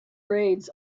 raids